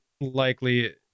likely